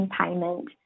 payment